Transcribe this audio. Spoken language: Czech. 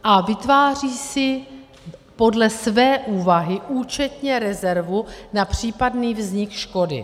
A vytváří si podle své úvahy účetně rezervu na případný vznik škody.